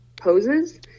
poses